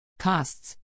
costs